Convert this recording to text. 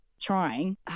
trying